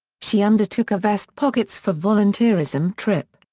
she undertook a vest pockets for volunteerism trip,